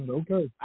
okay